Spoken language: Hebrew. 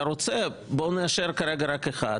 אם אתה רוצה, בואו נאשר כרגע רק אחד.